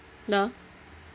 dah